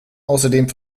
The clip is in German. ausserdem